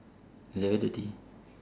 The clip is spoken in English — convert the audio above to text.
eleven thirty